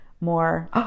more